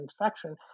infection